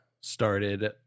started